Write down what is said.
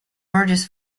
burgess